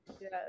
yes